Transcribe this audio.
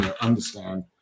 understand